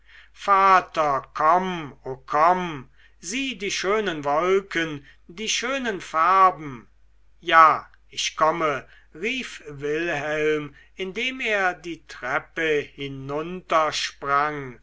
vater komm o komm sieh die schönen wolken die schönen farben ja ich komme rief wilhelm indem er die treppe